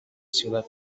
ciudad